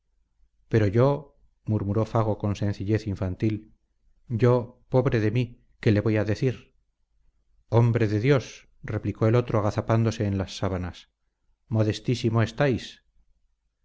pero yo murmuró fago con sencillez infantil yo pobre de mí qué le voy a decir hombre de dios replicó el otro agazapándose en las sábanas modestísimo estáis